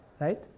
right